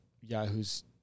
Yahoo's –